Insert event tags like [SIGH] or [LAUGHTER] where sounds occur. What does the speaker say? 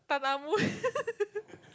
Tan-Ah-Mu [LAUGHS]